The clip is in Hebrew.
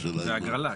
זה הגרלה.